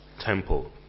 temple